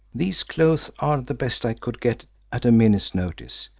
these clothes are the best i could get at a minute's notice.